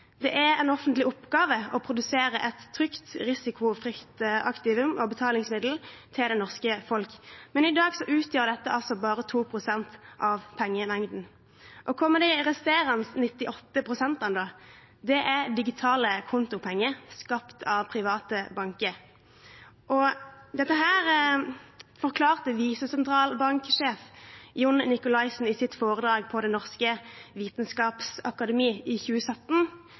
Det er en offentlig oppgave å produsere et trygt, risikofritt aktivum og betalingsmiddel til det norske folk, men i dag utgjør dette altså bare 2 pst. av pengemengden. Hvor kommer de resterende 98 pst. fra da? Det er digitale kontopenger, skapt av private banker. Dette forklarte visesentralbanksjef Jon Nicolaisen i sitt foredrag på Det Norske Videnskaps-Akademi i 2017: